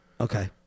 Okay